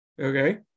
Okay